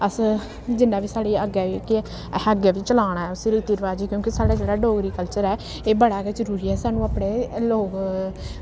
अस जिन्ना बी साढ़ी अग्गें जेह्की ऐ अहें अग्गें बी चलाना उस्सी रीति रवाज क्योंकि साढ़ा जेह्का डोगरी कल्चर ऐ एह् बड़ा गै जरूरी ऐ सानूं अपने लोग